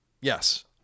Yes